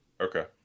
Okay